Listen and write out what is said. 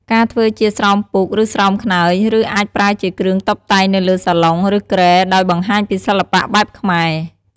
ការធ្វើជាស្រោមពូក ឬស្រោមខ្នើយ ឬអាចប្រើជាគ្រឿងតុបតែងនៅលើសាឡុង ឬគ្រែ ដោយបង្ហាញពីសិល្បៈបែបខ្មែរ។